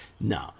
No